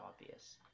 obvious